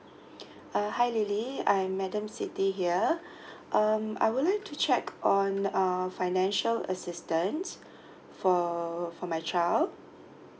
uh hi lily I am madam siti here um I would like to check on uh financial assistance for for my child